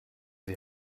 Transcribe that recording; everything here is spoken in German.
sie